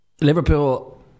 Liverpool